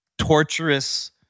Torturous